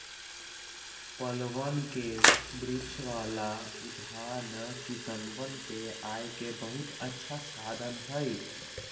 फलवन के वृक्ष वाला उद्यान किसनवन के आय के बहुत अच्छा साधन हई